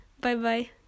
Bye-bye